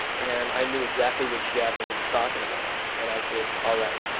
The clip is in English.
and i knew exactly which javelin he was talking about. and i said, all right.